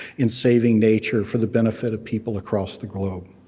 in saving nature for the benefit of people across the globe.